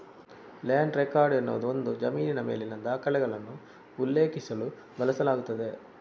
land record ಎನ್ನುವುದು ಒಂದು ಜಮೀನಿನ ಮೇಲಿನ ದಾಖಲೆಗಳನ್ನು ಉಲ್ಲೇಖಿಸಲು ಬಳಸಲಾಗುತ್ತದೆ